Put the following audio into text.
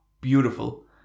beautiful